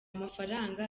mafaranga